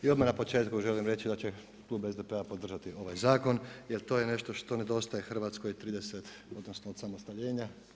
I odmah na početku želim reći da će klub SDP-a podržati ovaj zakon jel to je nešto što nedostaje Hrvatskoj 30 odnosno od osamostaljenja.